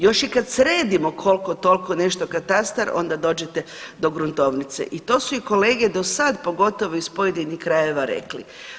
Još i kad sredimo koliko toliko nešto katastar onda dođete do gruntovnice i to su i kolege do sad, pogotovo iz pojedinih krajeva rekli.